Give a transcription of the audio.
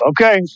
okay